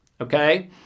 Okay